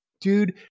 Dude